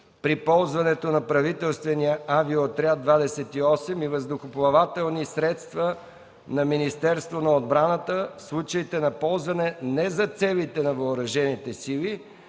при ползването на правителствения „Авиоотряд 28” и въздухоплавателни средства на Министерството на отбраната в случаите на ползване не за цели на Въоръжените сили